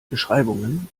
beschreibungen